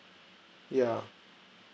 yeah